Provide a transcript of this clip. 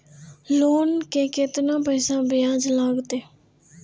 Loan के केतना पैसा ब्याज लागते?